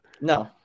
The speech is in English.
No